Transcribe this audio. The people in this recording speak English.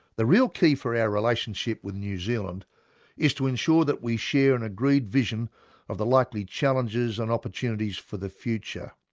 the real key for our relationship with new zealand is to ensure that we share an agreed vision of the likely challenges and opportunities for the future,